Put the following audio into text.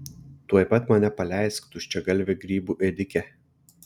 tuoj pat mane paleisk tuščiagalve grybų ėdike